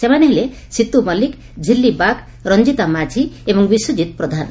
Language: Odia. ସେମାନେ ହେଲେ ସିତୁ ମଲ୍କିକ ଝିଲି ବାଗ୍ ରଞିତା ମାଝୀ ଏବଂ ବିଶ୍ୱଜିତ୍ ପ୍ରଧାନ